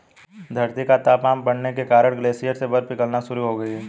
धरती का तापमान बढ़ने के कारण ग्लेशियर से बर्फ पिघलना शुरू हो गयी है